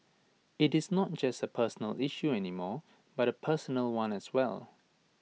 IT is not just A personal issue any more but A personnel one as well